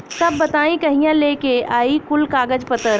तब बताई कहिया लेके आई कुल कागज पतर?